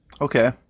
Okay